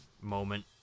moment